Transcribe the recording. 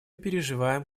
переживаем